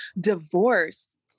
divorced